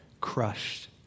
crushed